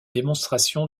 démonstration